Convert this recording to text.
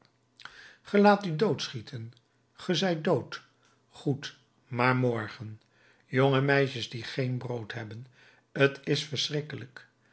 laat u doodschieten ge zijt dood goed maar morgen jonge meisjes die geen brood hebben t is verschrikkelijk